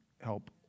help